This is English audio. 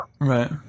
Right